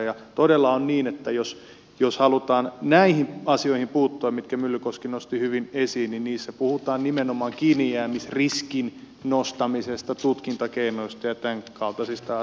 ja todella on niin että jos halutaan näihin asioihin puuttua mitkä myllykoski nosti hyvin esiin niin niissä puhutaan nimenomaan kiinnijäämisriskin nostamisesta tutkintakeinoista ja tämänkaltaisista asioista